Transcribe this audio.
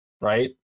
Right